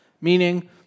Meaning